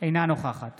אינה נוכחת